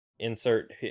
Insert